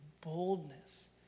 boldness